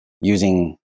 using